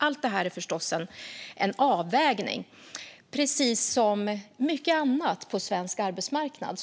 Allt detta är förstås en avvägning, precis som mycket på svensk arbetsmarknad.